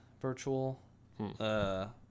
virtual